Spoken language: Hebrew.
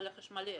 על החשמלי.